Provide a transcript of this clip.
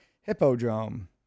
hippodrome